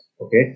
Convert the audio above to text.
Okay